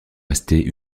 rester